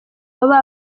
baba